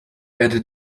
geehrte